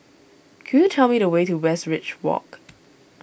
could you tell me the way to Westridge Walk